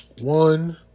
One